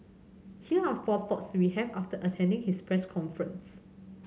here are four thoughts we have after attending his press conference